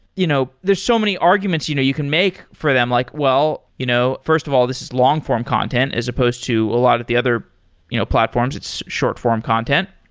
you know so many arguments you know you can make for them. like, well, you know first of all, this is long-form content, as supposed to a lot of the other you know platforms. it's short-form content.